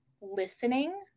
listening